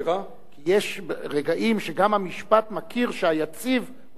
יש רגעים שגם המשפט מכיר שהיציב הופך להיות אמת,